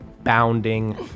bounding